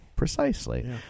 Precisely